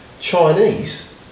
Chinese